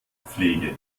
pflege